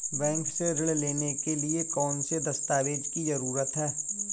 Bank से ऋण लेने के लिए कौन से दस्तावेज की जरूरत है?